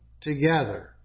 together